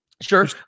Sure